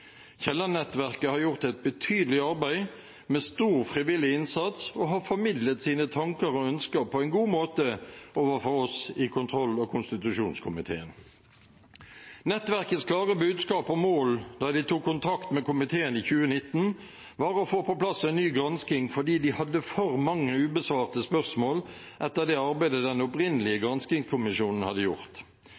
har gjort et betydelig arbeid med stor frivillig innsats og har formidlet sine tanker og ønsker på en god måte overfor oss i kontroll- og konstitusjonskomiteen. Nettverkets klare budskap og mål da de tok kontakt med komiteen i 2019, var å få på plass en ny gransking fordi de hadde for mange ubesvarte spørsmål etter arbeidet som den opprinnelige granskingskommisjonen hadde gjort.